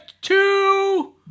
two